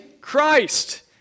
Christ